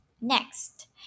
Next